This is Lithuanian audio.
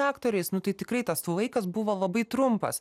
aktoriais nu tai tikrai tas laikas buvo labai trumpas